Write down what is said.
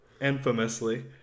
Infamously